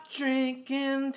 drinking